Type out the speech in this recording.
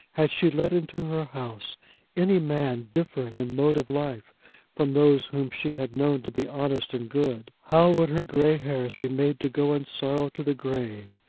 had she let into her house any man differing in mode of life from those whom she had known to be honest and good? how would her gray hairs be made to go in sorrow to the grave,